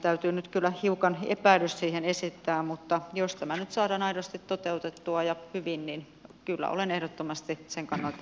täytyy nyt kyllä hiukan epäilys esittää mutta jos tämä nyt saadaan aidosti toteutettua ja hyvin niin kyllä olen ehdottomasti sen kannalla että hyvä esitys